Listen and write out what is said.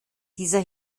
dieser